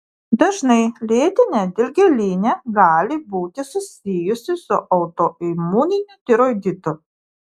dažnai lėtinė dilgėlinė gali būti susijusi su autoimuniniu tiroiditu